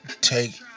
Take